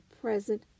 present